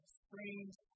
strange